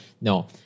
No